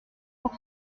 pour